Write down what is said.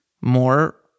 more